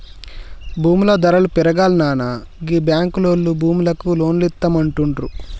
భూముల ధరలు పెరుగాల్ననా గీ బాంకులోల్లు భూములకు లోన్లిత్తమంటుండ్రు